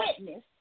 witness